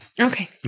Okay